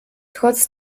trotz